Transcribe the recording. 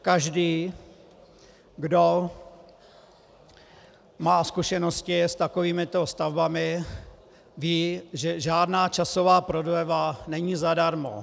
Každý, kdo má zkušenosti s takovýmito stavbami, ví, že žádná časová prodleva není zadarmo.